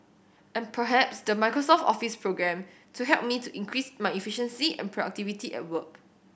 and perhaps the Microsoft Office programme to help me to increase my efficiency and productivity at work